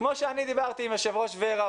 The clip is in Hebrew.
כמו שאני דיברתי עם יושב ראש ור"ה,